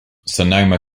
sonoma